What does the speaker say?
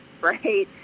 right